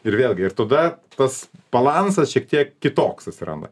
ir vėlgi ir tada tas balansas šiek tiek kitoks atsiranda